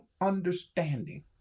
understanding